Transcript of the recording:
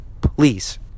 Please